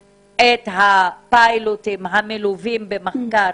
פיילוטים המלווים במחקר.